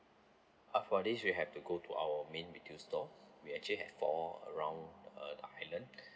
uh for this we have to go to our main retail store we actually have four around uh island